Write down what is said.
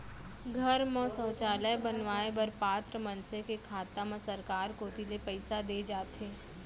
घर म सौचालय बनवाए बर पात्र मनसे के खाता म सरकार कोती ले पइसा दे जाथे